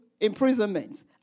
imprisonment